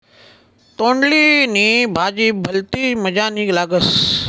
तोंडली नी भाजी भलती मजानी लागस